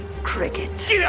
Cricket